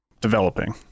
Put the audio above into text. developing